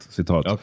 citat